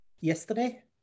Yesterday